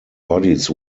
bodies